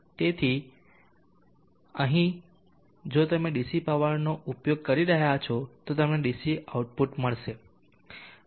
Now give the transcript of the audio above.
તેથી અહીં જો તમે ડીસી મોટરનો ઉપયોગ કરી રહ્યાં છો તો તમને ડીસી આઉટપુટ મળશે